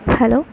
hello